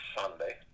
Sunday